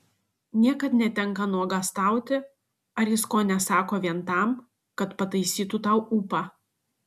niekad netenka nuogąstauti ar jis ko nesako vien tam kad pataisytų tau ūpą